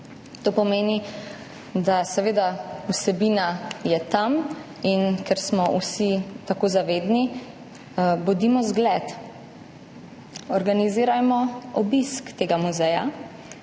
To pomeni, da je seveda vsebina tam, in ker smo vsi tako zavedni, bodimo zgled, organizirajmo obisk tega muzeja,